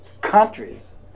countries